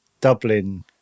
dublin